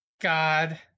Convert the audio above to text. God